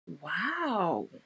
Wow